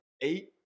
eight